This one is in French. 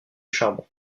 charbon